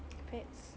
fats